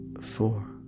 Four